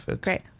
Great